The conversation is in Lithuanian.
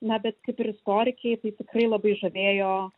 na bet kaip ir istorikei tai tikrai labai žavėjo